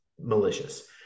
malicious